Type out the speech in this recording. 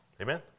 Amen